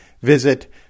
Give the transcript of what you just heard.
visit